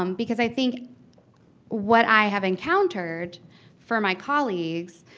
um because i think what i have encountered from my colleagues